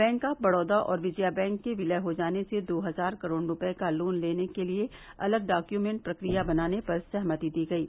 bank of Baroda और Vijaya bank के विलय हो जाने से दो हजार करोड़ रूपये का लोन लेने के लिए अलग डाक्यूमेंट प्रकिया बनाने पर सहमति दी गयी